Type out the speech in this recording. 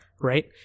Right